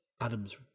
Adams